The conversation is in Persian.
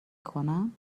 کنم